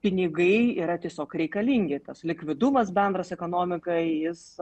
pinigai yra tiesiog reikalingi tas likvidumas bendras ekonomikai jis